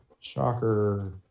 shocker